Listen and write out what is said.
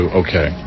okay